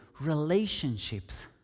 relationships